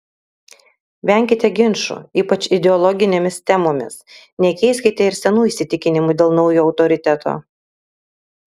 venkite ginčų ypač ideologinėmis temomis nekeiskite ir senų įsitikinimų dėl naujo autoriteto